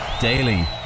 daily